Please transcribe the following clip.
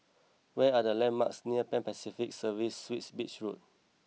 where are the landmarks near Pan Pacific Serviced Suites Beach Road